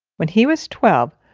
when he was twelve,